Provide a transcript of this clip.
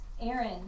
Aaron